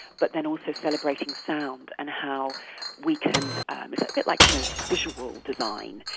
but then also celebrating sound and how we can, a bit like you know visual design,